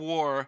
War